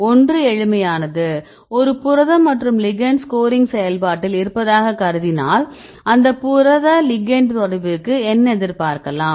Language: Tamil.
ஒன்று எளிமையானது ஒரு புரதம் மற்றும் லிகெண்ட் ஸ்கோரிங் செயல்பாட்டில் இருப்பதாகவும் கருதினால் அந்த புரத லிகெண்ட் தொடர்பிற்கு என்ன எதிர்பார்க்கலாம்